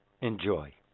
Enjoy